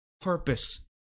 purpose